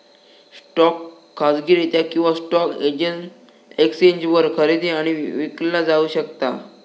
stock खाजगीरित्या किंवा stock एक्सचेंजवर खरेदी आणि विकला जाऊ शकता